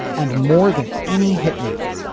and more than any hitmaker,